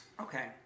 Okay